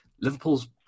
Liverpool's